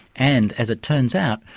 and, as it turns out,